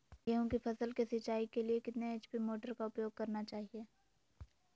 गेंहू की फसल के सिंचाई के लिए कितने एच.पी मोटर का उपयोग करना चाहिए?